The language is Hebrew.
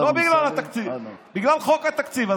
לא בגלל התקציב, בגלל חוק התקציב.